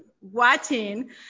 watching